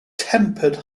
tempered